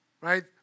right